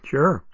Sure